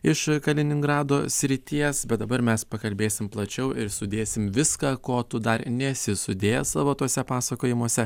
iš kaliningrado srities bet dabar mes pakalbėsim plačiau ir sudėsim viską ko tu dar nesi sudėjęs savo tuose pasakojimuose